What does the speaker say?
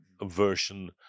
version